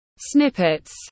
Snippets